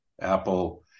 Apple